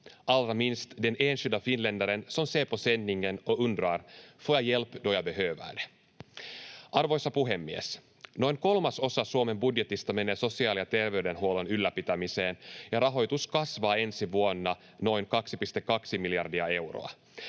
allra minst den enskilda finländaren som ser på sändningen och undrar: Får jag hjälp då jag behöver det? Arvoisa puhemies! Noin kolmasosa Suomen budjetista menee sosiaali- ja terveydenhuollon ylläpitämiseen, ja rahoitus kasvaa ensi vuonna noin 2,2 miljardia euroa.